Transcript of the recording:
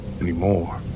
anymore